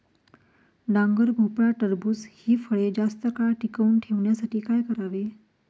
डांगर, भोपळा, टरबूज हि फळे जास्त काळ टिकवून ठेवण्यासाठी काय करावे?